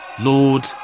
Lord